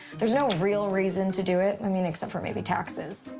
there's no real reason to do it. i mean, except for maybe taxes.